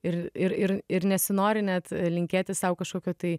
ir ir ir ir nesinori net linkėti sau kažkokio tai